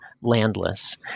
landless